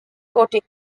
coating